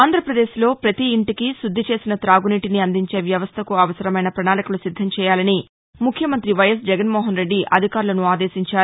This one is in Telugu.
ఆంధ్ర ప్రదేశ్లో పతి ఇంటికి శుద్ది చేసిన తాగునీటిని అందించే వ్యవస్థకు అవసరమైన ప్రణాళికలు సిద్దం చేయాలని ముఖ్యమంతి వై ఎస్ జగన్మోహన్రెడ్డి అధికారులను ఆదేశించారు